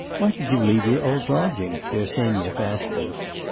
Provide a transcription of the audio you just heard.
why did you leave your old lodging bersenyev asked him.